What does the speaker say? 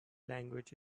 language